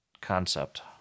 concept